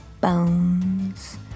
bones